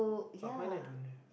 but mine I don't have